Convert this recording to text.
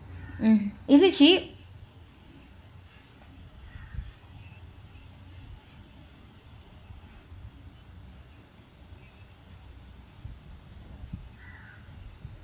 mm is it cheap